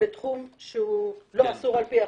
בתחום שהוא לא אסור על פי החוק?